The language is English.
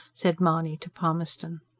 said mahony to palmerston.